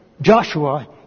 Joshua